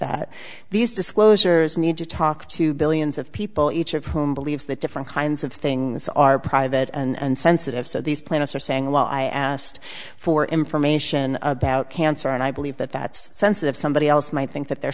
that these disclosures need to talk to be of people each of whom believes that different kinds of things are private and sensitive so these plaintiffs are saying a lot i asked for information about cancer and i believe that that's sensitive somebody else might think that the